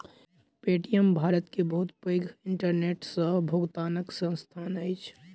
Paytm Bharat के बहुत पैघ इंटरनेट सॅ भुगतनाक संस्थान अछि